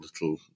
little